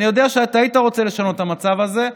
אני יודע שאתה היית רוצה לשנות את המצב הזה,